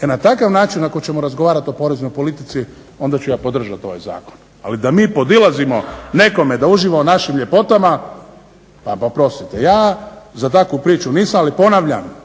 E na takav način ako ćemo razgovarati o poreznoj politici, onda ću ja podržati ovaj zakon. Ali da mi podilazimo nekome da uživa u našim ljepotama, pa oprostite ja za takvu priču nisam, ali ponavljam